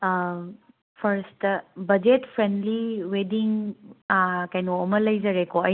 first budget friendly wedding ꯀꯩꯅꯣ ꯑꯃ ꯂꯩꯖꯔꯦꯀꯣ ꯑꯩꯒꯤ